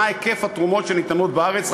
מה היקף התרומות שניתנות בארץ,